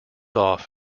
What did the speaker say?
off